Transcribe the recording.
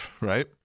right